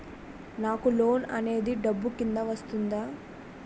నాకు లోన్ అనేది డబ్బు కిందా వస్తుందా?